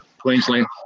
Queensland